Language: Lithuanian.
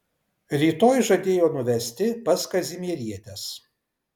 rytoj žadėjo nuvesti pas kazimierietes